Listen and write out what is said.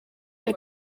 elle